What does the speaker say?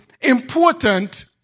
important